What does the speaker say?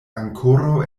ankoraŭ